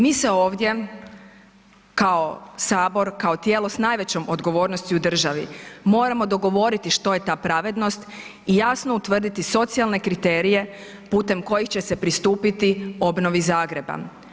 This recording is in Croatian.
Mi se ovdje kao sabor, kao tijelo s najvećom odgovornosti u državi moramo dogovoriti što je ta pravednost i jasno utvrditi socijalne kriterije putem kojih će se pristupiti obnovi Zagreba.